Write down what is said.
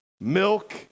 milk